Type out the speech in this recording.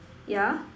yeah